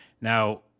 Now